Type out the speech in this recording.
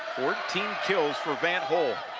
fourteen kills for van't hul.